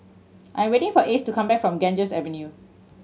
I am waiting for Ace to come back from Ganges Avenue